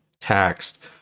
taxed